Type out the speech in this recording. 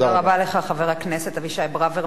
תודה רבה לך, חבר הכנסת אבישי ברוורמן.